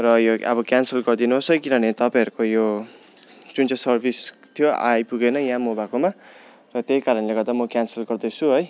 र यो अब क्यान्सल गरिदिनुहोस् है किनभने तपाईँहरूको यो जुन चाहिँ सर्भिस थियो आइपुगेन यहाँ म भएकोमा र त्यही कारणले गर्दा म क्यान्सल गर्दैछु है